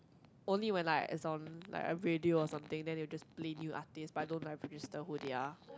only when like it's on like a radio or something then they will just play new artists but I don't like register who they are